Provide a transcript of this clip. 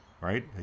right